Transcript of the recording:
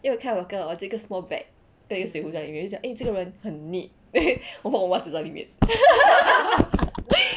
因为我看到 locker hor 就一个 small bag 背一个是水壶在里面这样 eh 这个人很 neat then 我放我袜子在里面